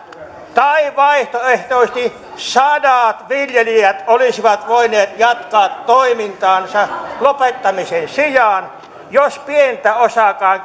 tai vaihtoehtoisesti sadat viljelijät olisivat voineet jatkaa toimintaansa lopettamisen sijaan jos pieni osakin